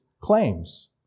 claims